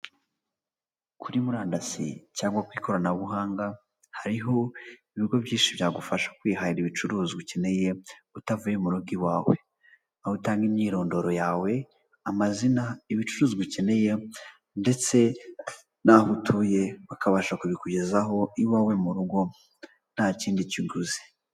Kuri murandasi cyangwa ku ikoranabuhanga hariho ibigo byinshi byagufasha kwiharira ibicuruzwa ukeneye utavuye mu rugo iwawe. Aho utanga imyirondoro yawe, amazina, ibicuruzwa ukeneye, ndetse n'aho utuye bakabasha kubikugezaho iwawe mu rugo nta kindi kiguzi.